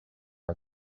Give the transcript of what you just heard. our